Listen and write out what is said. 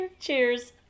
Cheers